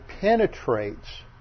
penetrates